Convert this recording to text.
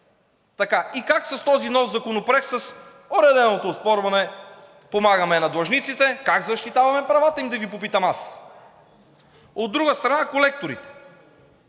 Как с този нов Законопроект с уреденото оспорване помагаме на длъжниците и как защитаваме правата им? От друга страна, колекторите.